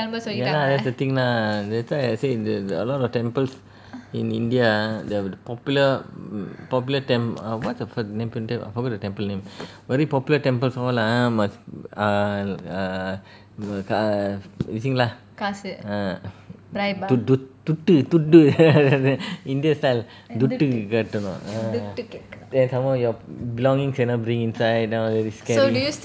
ya lah that's the thing lah that's why I say the a lot of temples in india ah the popular mm popular tem~ err what's the f~ nam~ p~ tem~ forgot the temple name very popular temples all ah must err err mm c~ lah ah துட்டு துட்டு:thuttu thuttu india style துட்டு கட்டணும்:thuttu katanum some more your cannot bring inside all scary